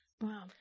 Wow